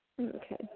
Okay